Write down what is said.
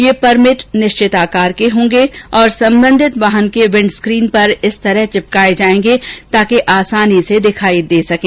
ये परमिट निष्वित आकार के होंगे और संबंधित वाहन के विंड स्क्रीन पर इस तरह चिपकाए जाएंगे जो कि आसानी से दिखाई दे सकें